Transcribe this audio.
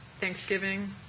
Thanksgiving